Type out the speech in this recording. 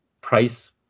price